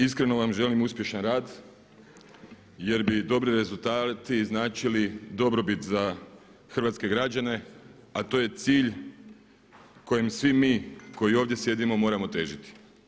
Iskreno vam želim uspješan rad jer bi dobri rezultati značili dobrobit za hrvatske građane, a to je cilj kojem svi mi koji ovdje sjedimo moramo težiti.